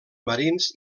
marins